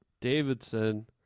Davidson